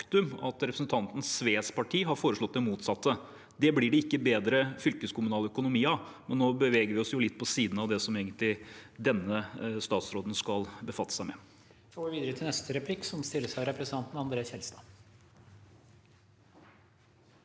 at representanten Sves parti har foreslått det motsatte. Det blir det ikke bedre fylkeskommunal økonomi av. Nå beveger vi oss jo også litt på siden av det denne statsråden egentlig skal befatte seg med.